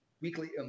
weekly